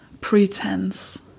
pretense